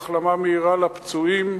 ברכת החלמה מהירה לפצועים.